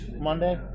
monday